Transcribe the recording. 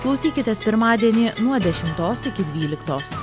klausykitės pirmadienį nuo dešimtos iki dvyliktos